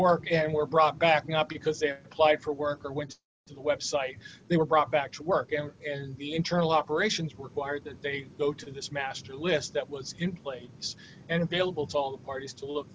work and were busy brought back not because they're applied for work or went to the website they were brought back to work and an internal operations were wired that they go to this master list that was in place and available to all parties to look